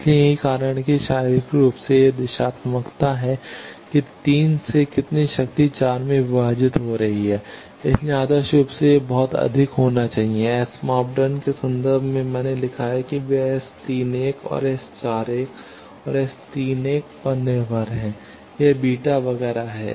इसलिए यही कारण है कि शारीरिक रूप से यह दिशात्मकता है कि 3 से कितनी शक्ति 4 में विभाजित हो रही है इसलिए आदर्श रूप से यह बहुत अधिक होना चाहिए एस मापदंडों के संदर्भ में मैंने लिखा है कि कि वे S 3 1 और S41 और S 3 1 पर निर्भर हैं यह बीटा वगैरह है